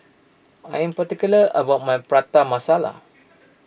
I am particular about my Prata Masala